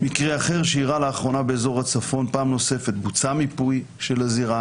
במקרה אחר שאירע לאחרונה באזור הצפון פעם נוספת בוצע מיפוי של הזירה